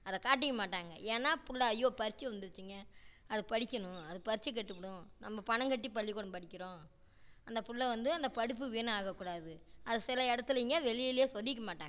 அதை காட்டிக்க மாட்டாங்க ஏன்னா பிள்ள ஐயோ பரிட்ச்சை வந்துடுச்சிங்க அது படிக்கணும் அது பரிட்ச்சை கெட்டு போய்விடும் நம்ம பணம் கட்டி பள்ளிக்கூடம் படிக்கிறோம் அந்த பிள்ள வந்து அந்த படிப்பு வீணாக ஆகக் கூடாது அது சில இடத்துலைங்க வெளிலேயே சொல்லிக்க மாட்டாங்க